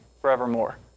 forevermore